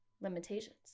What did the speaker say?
limitations